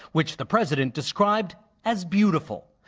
which the president described as beautiful.